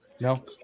No